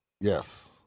Yes